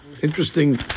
Interesting